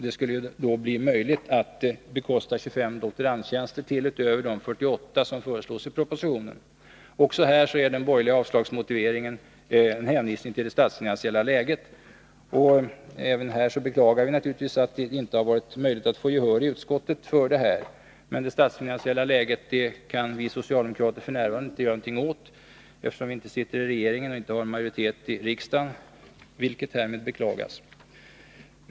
Det skulle därigenom bli möjligt att bekosta 25 doktorandtjänster till, utöver de 48 som föreslås i propositionen. Också här är den borgerliga utskottsmajoritetens avslagsmotivering en hänvisning till det statsfinansiella läget. Även i det här fallet beklagar vi att det inte varit möjligt att få gehör i utskottet för en kraftigare satsning. Men det statsfinansiella läget kan vi socialdemokrater f. n. inte göra något åt, eftersom vi inte sitter i regeringen och inte har majoritet i riksdagen — vilket härmed beklagas.